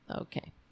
Okay